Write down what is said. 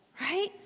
right